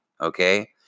Okay